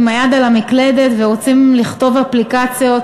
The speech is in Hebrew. עם היד על המקלדת, ורוצים לכתוב אפליקציות